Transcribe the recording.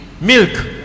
Milk